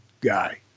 guy